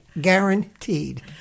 guaranteed